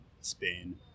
Spain